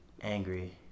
angry